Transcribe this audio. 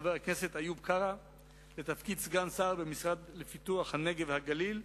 חבר הכנסת איוב קרא בתפקיד סגן שר במשרד לפיתוח הנגב והגליל,